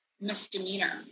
misdemeanor